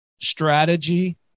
strategy